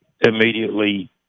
immediately